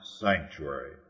sanctuary